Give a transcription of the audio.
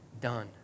done